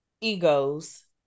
egos